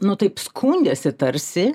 nu taip skundėsi tarsi